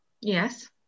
Yes